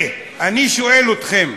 ואני שואל אתכם: